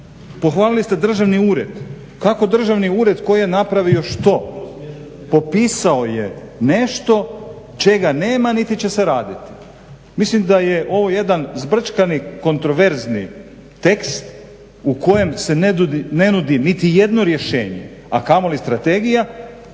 Pohvalili ste državni ured, kako državni ured koji je napravio što, popisao je nešto čega nema niti će se raditi. Mislim da je ovo jedan zbrčkani kontroverzni tekst u kojem se ne nudi niti jedno rješenje, a kamoli strategija,